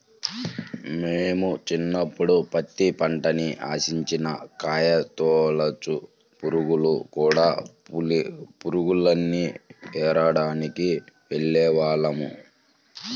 మేము చిన్నప్పుడు పత్తి పంటని ఆశించిన కాయతొలచు పురుగులు, కూడ పురుగుల్ని ఏరడానికి వెళ్ళేవాళ్ళం